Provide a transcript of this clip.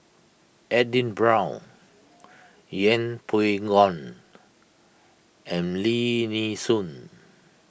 Edwin Brown Yeng Pway Ngon and Lim Nee Soon